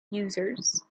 users